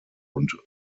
und